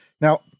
Now